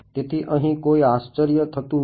તેથી અહીં કોઈ આશ્ચર્ય થતું નથી